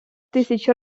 тисяч